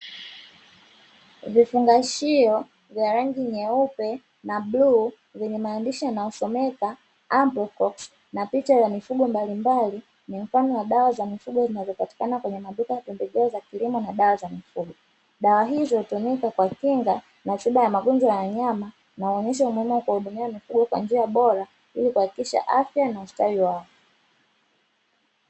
Vifungashio vya rangi nyeupe na bluu, vyenye maandishi yanayosomeka "Ambo Proxy", na picha za mifugo mbalimbali. Ni mfano wa dawa za mifugo inavyopatikana kwenye maduka ya pembejeo za kilimo na dawa za mifugo. Dawa hizo hutumika kwa kinga na tiba ya magonjwa ya nyama na huonyesha umuhimu wa kuhudumia mifugo kwa njia bora ili kuhakikisha afya na ustawi wa afya.